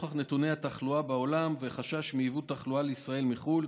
נוכח נתוני התחלואה בעולם והחשש מיבוא תחלואה לישראל מחו"ל,